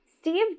Steve